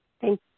Thank